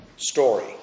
story